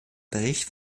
bericht